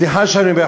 סליחה שאני אומר,